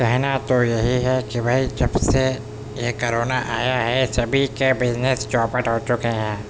کہنا تو یہی ہے کہ بھائی جب سے یہ کورونا آیا ہے سبھی کے بجنس چوپٹ ہو چکے ہیں